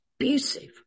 abusive